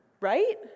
right